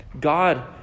God